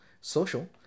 social